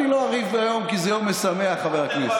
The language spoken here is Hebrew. אני לא אריב היום, כי זה יום משמח, חבר הכנסת.